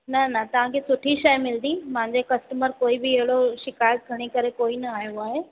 न न तव्हांखे सुठी शइ मिलंदी मुंहिंजे कस्टमर कोई बि अहिड़ो शिकायत खणी करे कोई न आहियो आहे